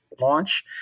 launch